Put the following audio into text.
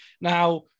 Now